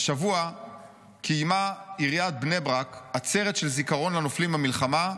"השבוע קיימה עיריית בני ברק עצרת של זיכרון לנופלים במלחמה,